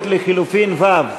לחלופין (ה):